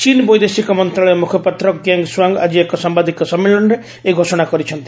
ଚୀନ୍ ବୈଦେଶିକ ମନ୍ତ୍ରଣାଳୟ ମୁଖପାତ୍ର ଗେଙ୍ଗ୍ ସୁଆଙ୍ଗ ଆଜି ଏକ ସାୟାଦିକ ସମ୍ମିଳନୀରେ ଏହି ଘୋଷଣା କରିଛନ୍ତି